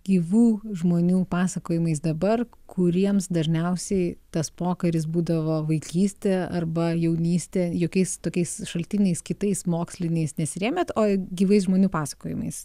gyvų žmonių pasakojimais dabar kuriems dažniausiai tas pokaris būdavo vaikystė arba jaunystė jokiais tokiais šaltiniais kitais moksliniais nesirėmėt o gyvais žmonių pasakojimais